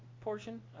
portion